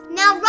Now